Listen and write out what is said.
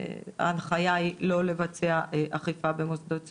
ההנחיה היא לא לבצע אכיפה במוסדות סיעוד.